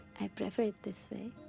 i prefer it this way.